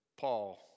Paul